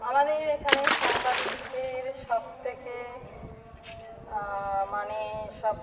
আমাদের এখানে সাংবাদিকদের সব থেকে মানে সব